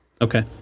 Okay